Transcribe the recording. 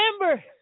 remember